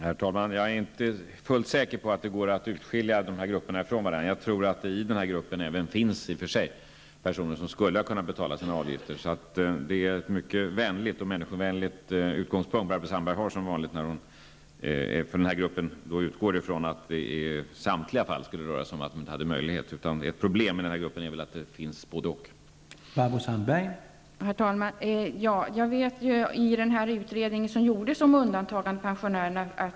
Herr talman! Jag är inte fullt säker på att det går att utskilja dessa grupper från varandra. Jag tror att det i denna grupp finns även personer som hade kunnat betala sin avgift. Barbro Sandberg har som vanligt en mycket människovänlig utgångspunkt, när hon utgår från att det i samtliga fall skulle röra sig om människor som inte har haft denna möjlighet. Problemet med denna grupp är att det finns människor av båda typerna.